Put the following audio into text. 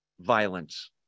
violence